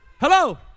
Hello